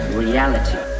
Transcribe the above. reality